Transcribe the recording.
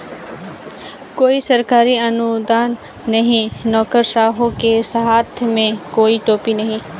कोई सरकारी अनुदान नहीं, नौकरशाहों के हाथ में कोई टोपी नहीं